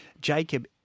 Jacob